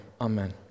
Amen